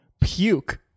puke